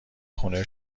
خونه